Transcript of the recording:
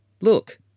Look